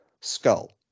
skull